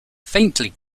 faintly